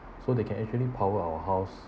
so they can actually power our house